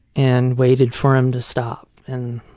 and waited for him to stop. and